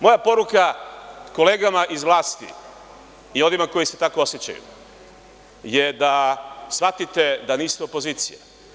Moja poruka kolegama iz vlasti i onima koji se tako osećaju je da shvatite da niste opozicija.